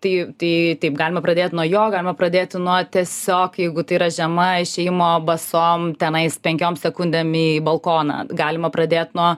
tai tai taip galima pradėt nuo jo galima pradėti nuo tiesiog jeigu tai yra žiema išėjimo basom tenais penkiom sekundėm į balkoną galima pradėt nuo